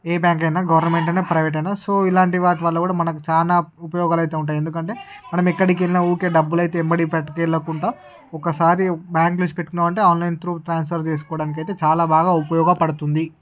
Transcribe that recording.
ఏ bank అయినా government అయినా private అయినా సో ఇలాంటి వాటి వల్ల కూడా మనకు చాలా ఉపయోగాలు అయితే ఉంటాయి ఎందుకంటే మనం ఎక్కడికి వెళ్ళినా ఊరికే డబ్బులు అయితే ఎమ్మటే పట్టుకెళ్లకుండా ఒకసారి బ్యాంకులో వేసి పెట్టుకున్నవంటే ఆన్లైన్ త్రు ట్రాన్స్ఫర్ చేసుకోవడానికి అయితే చాలా బాగా ఉపయోగపడుతుంది